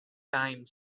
time